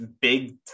big